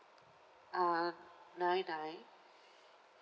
uh nine nine